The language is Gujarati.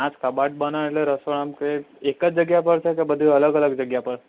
આ કબાટ બનાવે એટલે રસોડામાં કે એક જ જગ્યા પર છે કે બધું અલગ અલગ જગ્યા પર